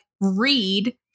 read